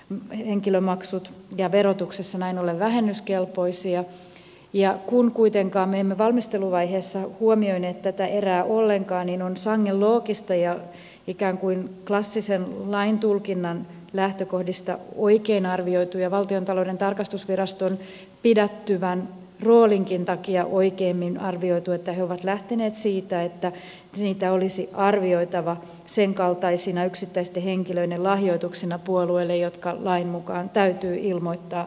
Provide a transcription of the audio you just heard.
mihin henkilö maksut ja verotuksessa näin ollen vähennyskelpoisia ja kun kuitenkaan me emme valmisteluvaiheessa huomioineet tätä erää ollenkaan niin on sangen loogista ja ikään kuin klassisen laintulkinnan lähtökohdista oikein arvioitu ja valtiontalouden tarkastusviraston pidättyvän roolinkin takia oikeimmin arvioitu että he ovat lähteneet siitä että niitä olisi arvioitava senkaltaisina yksittäisten henkilöiden lahjoituksina puolueille jotka lain mukaan täytyy ilmoittaa lahjoituksina